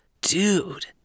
Dude